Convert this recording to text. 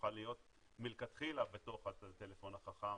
שתוכל להיות מלכתחילה בתוך הטלפון החכם,